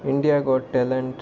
India got talent